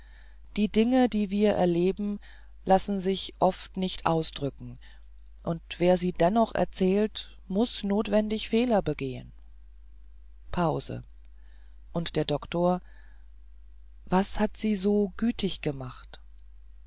die dinge die wir erleben lassen sich oft nicht ausdrücken und wer sie dennoch erzählt muß notwendig fehler begehen pause und der doktor was hat sie so gütig gemacht